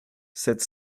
sept